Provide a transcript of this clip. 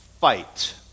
fight